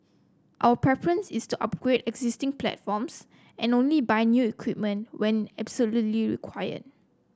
our preference is to upgrade existing platforms and only buy new equipment when absolutely required